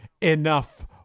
enough